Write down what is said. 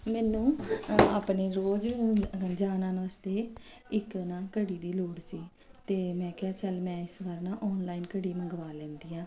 ਮੈਨੂੰ ਆਪਣੇ ਰੋਜ਼ ਜਾਣ ਆਣ ਵਾਸਤੇ ਇੱਕ ਨਾ ਘੜੀ ਦੀ ਲੋੜ ਸੀ ਅਤੇ ਮੈਂ ਕਿਹਾ ਚੱਲ ਮੈਂ ਇਸ ਵਾਰ ਨਾ ਆਨਲਾਈਨ ਘੜੀ ਮੰਗਵਾ ਲੈਂਦੀ ਹਾਂ